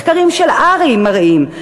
מחקרים של הר"י מראים: